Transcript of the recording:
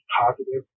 positive